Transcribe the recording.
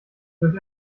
durch